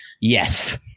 Yes